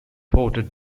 voted